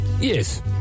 Yes